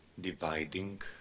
dividing